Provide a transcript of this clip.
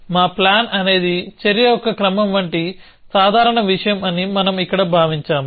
మా ప్లాన్ అనేది చర్య యొక్క క్రమం వంటి సాధారణ విషయం అని మనం ఇక్కడ భావించాము